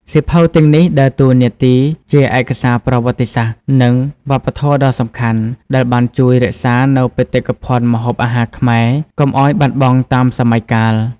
សៀវភៅទាំងនេះដើរតួនាទីជាឯកសារប្រវត្តិសាស្ត្រ និងវប្បធម៌ដ៏សំខាន់ ដែលបានជួយ រក្សានូវបេតិកភណ្ឌម្ហូបអាហារខ្មែរ កុំឲ្យបាត់បង់តាមសម័យកាល។